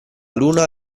luna